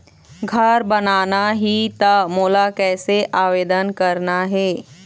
घर बनाना ही त मोला कैसे आवेदन करना हे?